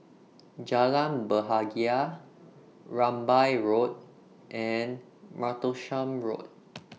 Jalan Bahagia Rambai Road and Martlesham Road